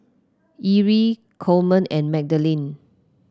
Erie Coleman and Madalynn